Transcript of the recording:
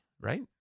right